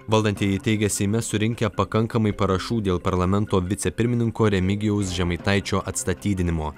valdantieji teigia seime surinkę pakankamai parašų dėl parlamento vicepirmininko remigijaus žemaitaičio atstatydinimo